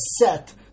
set